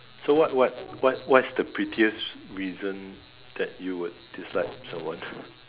so what what what what is the pettiest reason that you would dislike someone